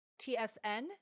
TSN